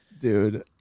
dude